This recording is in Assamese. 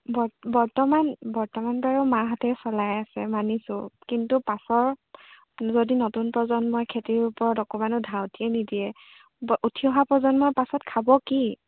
বৰ্তমান বৰ্তমান বাৰু মাহঁতে চলাই আছে মানিছোঁ কিন্তু পাছৰ যদি নতুন প্ৰজন্মই খেতিৰ ওপৰত অকমানো ধাউতিয়ে নিদিয়ে উঠি অহা প্ৰজন্মই পাছত খাব কি